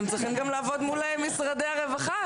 אתם צריכים גם לעבוד מול משרדי הרווחה.